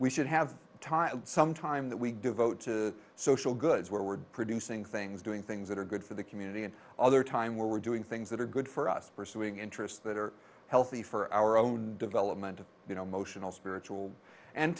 we should have some time that we devote to social goods where we're producing things doing things that are good for the community and other time where we're doing things that are good for us pursuing interests that are healthy for our own development of you know motional spiritual and